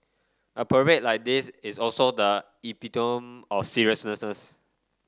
a parade like this is also the epitome of seriousness